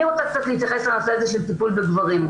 אני רוצה להתייחס לנושא של טיפול בגברים.